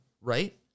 right